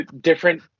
Different